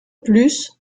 plus